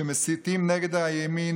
שמסיתים נגד הימין,